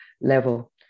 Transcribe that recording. level